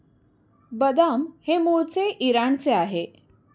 बदाम हे मूळचे इराणचे आहे